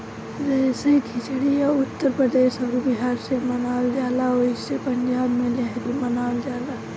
जैसे खिचड़ी उत्तर प्रदेश अउर बिहार मे मनावल जाला ओसही पंजाब मे लोहरी मनावल जाला